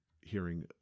hearing